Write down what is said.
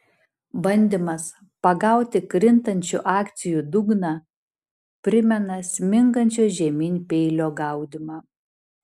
bandymas pagauti krintančių akcijų dugną primena smingančio žemyn peilio gaudymą